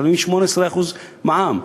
הם משלמים 18% מע"מ.